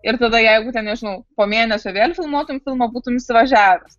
ir tada jeigu ten nežinau po mėnesio vėl filmuotum filmą būtum įsivažiavęs